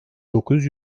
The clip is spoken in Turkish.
dokuz